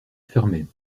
fermaient